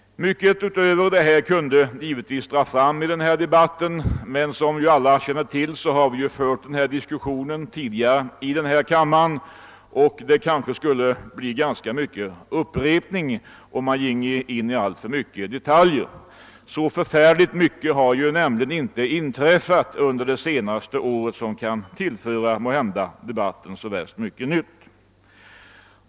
Mycket kan givetvis anföras i denna debatt, men som alla känner till har vi tidigare diskuterat denna fråga i kammaren, och det skulle i stort sett bli en upprepning av den debatten om vi nu gick in på detaljer. Så mycket nytt har nämligen inte inträffat under de senaste åren. Herr talman!